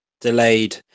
delayed